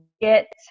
get